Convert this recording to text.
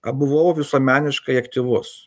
buvau visuomeniškai aktyvus